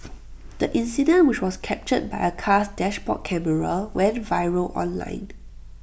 the incident which was captured by A car's dashboard camera went viral online